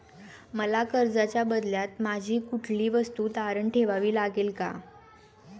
मला कर्जाच्या बदल्यात माझी कुठली वस्तू तारण ठेवावी लागेल का?